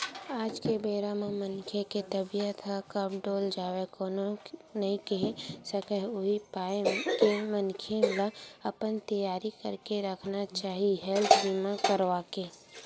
आज के बेरा म मनखे के तबीयत ह कब डोल जावय कोनो नइ केहे सकय उही पाय के मनखे ल अपन तियारी करके रखना चाही हेल्थ बीमा करवाके